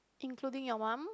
including your mom